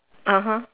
(uh huh)